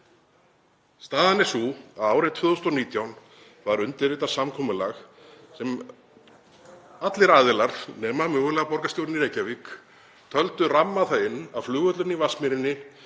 Staðan er sú að árið 2019 var undirritað samkomulag sem allir aðilar, nema mögulega borgarstjórinn í Reykjavík, töldu ramma það inn að flugvöllurinn í Vatnsmýrinni